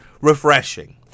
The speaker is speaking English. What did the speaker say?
refreshing